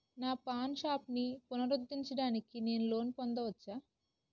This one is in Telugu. నా పాన్ షాప్ని పునరుద్ధరించడానికి నేను లోన్ పొందవచ్చా?